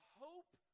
hope